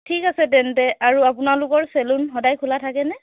ঠিক আছে তেন্তে আৰু আপোনালোকৰ চেলুন সদাই খোলা থাকেনে